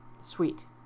Sweet